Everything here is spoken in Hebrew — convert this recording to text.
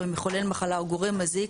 או מחולל מחלה או גורם מזיק,